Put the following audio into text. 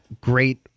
great